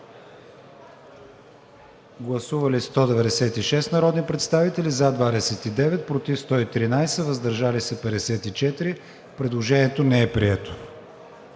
Гласували 196 народни представители: за 29, против 113, въздържали се 54. Предложението не е прието.